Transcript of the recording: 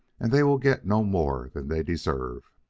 and they will get no more than they deserve.